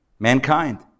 Mankind